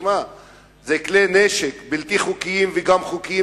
כלי נשק לא חוקיים וגם חוקיים.